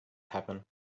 happen